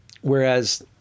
whereas